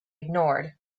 ignored